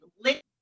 lit